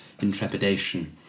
intrepidation